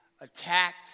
attacked